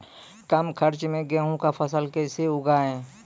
कम खर्च मे गेहूँ का फसल कैसे उगाएं?